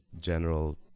general